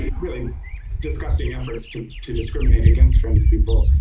really disgusting efforts to to discriminate against trans people,